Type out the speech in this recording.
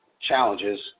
challenges